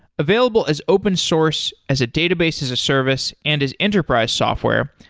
available as open source, as a database, as a service and as enterprise software,